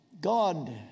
God